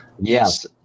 Yes